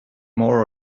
more